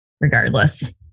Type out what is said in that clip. regardless